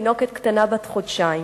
תינוקת קטנה בת חודשיים.